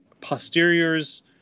posterior's